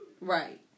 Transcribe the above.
Right